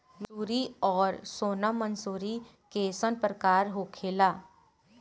मंसूरी और सोनम मंसूरी कैसन प्रकार होखे ला?